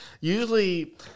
usually